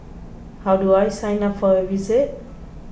how do I sign up for a visit